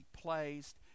placed